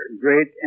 great